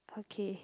okay